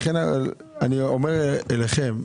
לכן אני אומר לכם,